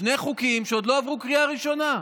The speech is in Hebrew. שני חוקים שעוד לא עברו קריאה ראשונה.